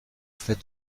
fait